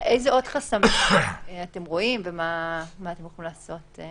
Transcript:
איזה עוד חסמים אתם רואים ומה אתם יכולים לעשות?